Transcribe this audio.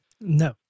No